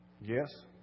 yes